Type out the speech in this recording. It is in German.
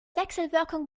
wechselwirkung